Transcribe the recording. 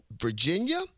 Virginia